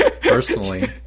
personally